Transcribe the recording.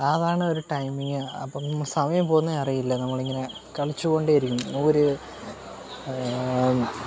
അതാണ് ഒരു ടൈമിംഗ് അപ്പം സമയം പോകുന്നത് അറിയില്ല നമ്മളിങ്ങനെ കളിച്ചു കൊണ്ടെ ഇരിക്കും ഒര്